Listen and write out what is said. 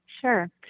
Sure